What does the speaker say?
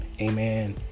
amen